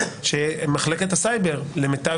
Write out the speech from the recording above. זו שאלה שעניתי לך עם חיוך שברור, זה עניין יום